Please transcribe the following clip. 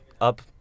up